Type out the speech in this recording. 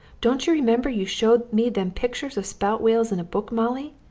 don't you remember you showed me them pictures of spout whales in a book, molly?